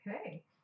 Okay